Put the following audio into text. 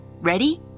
Ready